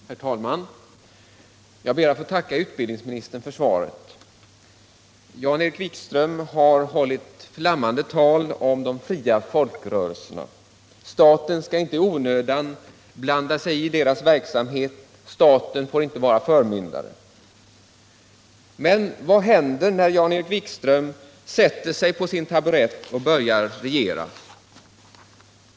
Herr talman! Jag ber att få tacka utbildningsministern för svaret. Jan-Erik Wikström har hållit flammande tal om de fria folkrörelserna. Staten skall inte i onödan blanda sig i deras verksamhet, staten får inte vara förmyndare. Men vad händer när Jan-Erik Wikström sätter sig på sin taburett och börjar regera?